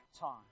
time